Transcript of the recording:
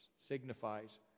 signifies